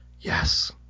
yes